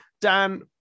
Dan